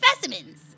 specimens